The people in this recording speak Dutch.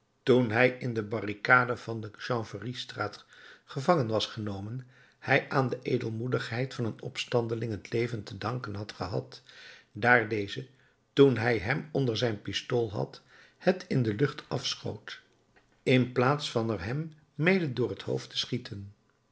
toen hij in de barricade van de chanvreriestraat gevangen was genomen hij aan de edelmoedigheid van een opstandeling het leven te danken had gehad daar deze toen hij hem onder zijn pistool had het in de lucht afschoot in plaats van er hem mede door het hoofd te schieten